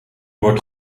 wordt